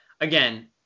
again